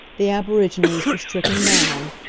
the aborigines were stricken down.